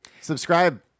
subscribe